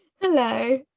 hello